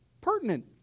pertinent